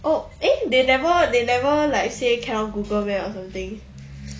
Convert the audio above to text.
oh eh they never they never like say cannot google meh or something